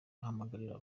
ahamagarira